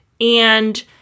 and-